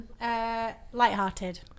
light-hearted